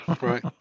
Right